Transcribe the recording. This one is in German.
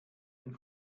den